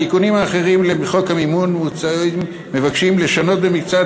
התיקונים האחרים לחוק המימון מבקשים לשנות במקצת